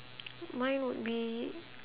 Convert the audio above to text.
mine would be